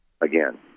again